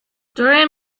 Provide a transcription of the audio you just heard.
doran